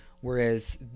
Whereas